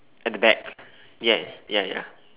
at the back ya ya ya